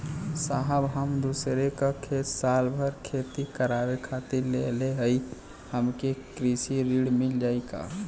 साहब हम दूसरे क खेत साल भर खेती करावे खातिर लेहले हई हमके कृषि ऋण मिल जाई का?